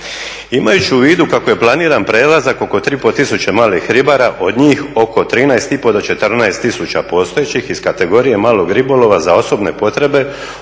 Imajući u vidu kako je planiran prelazak oko 3 i pol tisuće malih ribara od njih oko 13 i pol do 14 tisuća postojećih iz kategorije malog ribolova za osobne potrebe